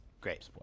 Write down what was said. Great